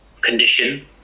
condition